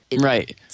Right